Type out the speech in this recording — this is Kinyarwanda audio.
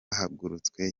hagarutswe